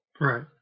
right